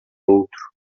outro